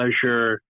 pleasure